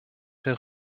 der